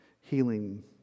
healing